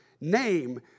name